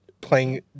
playing